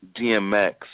DMX